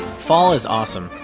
fall is awesome.